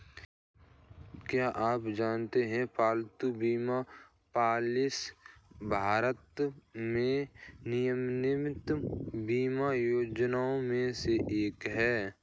क्या आप जानते है पालतू बीमा पॉलिसी भारत में नवीनतम बीमा योजनाओं में से एक है?